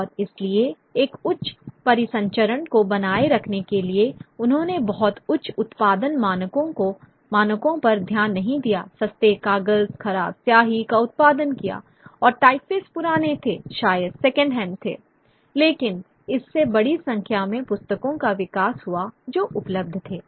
और इसलिए एक उच्च परिसंचरण को बनाए रखने के लिए उन्होंने बहुत उच्च उत्पादन मानकों पर ध्यान नहीं दिया सस्ते कागज खराब स्याही का उत्पादन किया और टाइपफेस पुराने थे शायद सेकंड हैंड थे लेकिन इससे बड़ी संख्या में पुस्तकों का विकास हुआ जो उपलब्ध थे